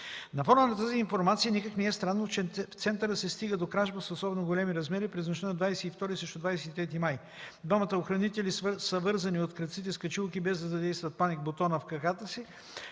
На фона на тази информация никак не е странно, че в центъра се стига до кражба с особено големи размери през нощта на 22 срещу 23 май. Двамата охранители са вързани от крадците с качулки без да задействат паник бутона в краката си,